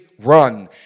run